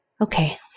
Okay